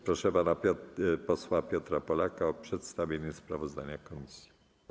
Proszę pana posła Piotra Polaka o przedstawienie sprawozdania komisji.